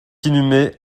inhumée